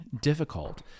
difficult